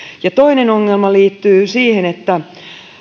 toinen ongelma liittyy siihen että